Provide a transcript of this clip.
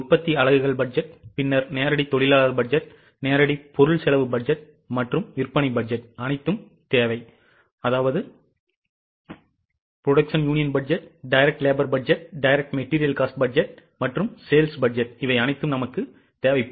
உற்பத்தி அலகுகள் பட்ஜெட் பின்னர் நேரடி தொழிலாளர் பட்ஜெட் நேரடி பொருள் செலவு பட்ஜெட் மற்றும் விற்பனை பட்ஜெட் அனைத்தும் தேவை